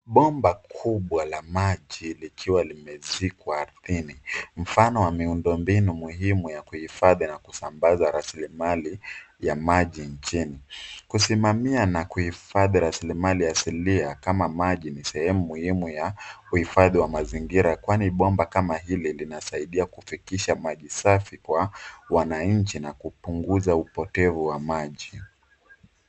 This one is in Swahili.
Bomba kubwa la maji likiwa limezikwa ardhini, mfano ya miundo mbinu muhimu ya kuhifadhi na kusambaza rasilimali ya maji nchini. Kusimamia na kuhifadhi rasilimali asilia kama maji ni sehemu muhimu ya uhifadhi wa mazingira, kwani bomba kama hili linasaidia kufikisha maji safi kwa wananchi na kupunguza upotevu wa maji.